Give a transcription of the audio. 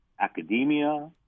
academia